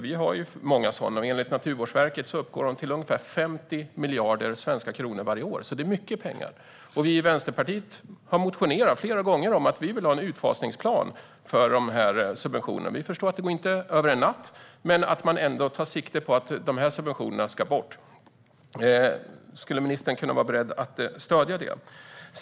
Vi har ju många sådana, och enligt Naturvårdsverket uppgår de till ungefär 50 miljarder svenska kronor varje år. Det är alltså mycket pengar. Vi i Vänsterpartiet har flera gånger motionerat om att vi vill ha en utfasningsplan för dessa subventioner. Vi förstår att det inte går över en natt, men man måste ändå ta sikte på att få bort dessa subventioner. Är ministern beredd att stödja det?